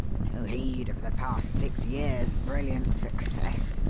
no heed of the past six years' brilliant success.